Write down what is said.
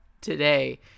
today